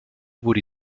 wurde